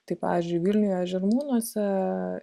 tai pavyzdžiui vilniuje žirmūnuose